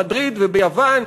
במדריד וביוון,